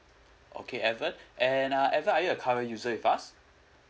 okay evan and uh evan are you a current user with us